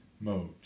mode